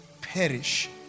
perish